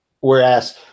Whereas